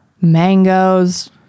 mangoes